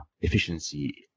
efficiency